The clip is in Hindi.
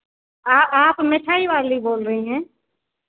आप मिठाई वाली बोल रही हैं